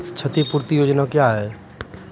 क्षतिपूरती योजना क्या हैं?